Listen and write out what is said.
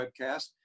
webcast